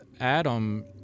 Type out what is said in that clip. Adam